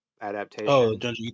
adaptation